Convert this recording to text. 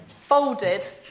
folded